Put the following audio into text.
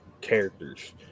characters